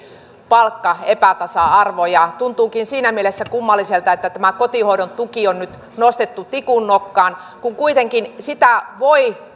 palkkaepätasa arvo tuntuukin siinä mielessä kummalliselta että tämä kotihoidon tuki on nyt nostettu tikunnokkaan kun kuitenkin sitä voi